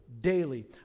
daily